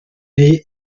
neu